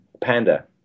Panda